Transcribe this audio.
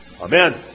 Amen